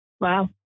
Wow